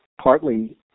partly